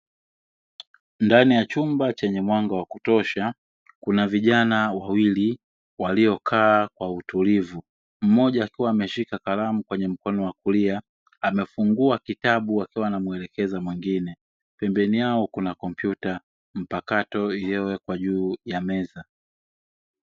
Ndani ya chumba chenye mwanga wa kutosha, kuna vijana wawili waliokaa kwa utulivu. Mmoja akiwa ameshika kalamu kwenye mkono wa kulia, amefungua kitabu akiwa anamuelekeza mwingine, pembeni yao kuna kompyuta mpakato iliyowekwa juu ya meza.